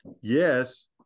Yes